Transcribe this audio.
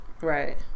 Right